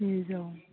स्निजौ